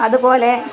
അതുപോലെ